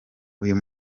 uyu